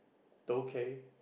okay